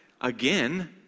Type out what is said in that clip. again